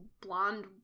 blonde